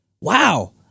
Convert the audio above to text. Wow